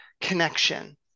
connection